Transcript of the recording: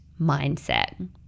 mindset